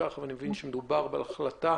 אני מבין שמדובר בהחלטה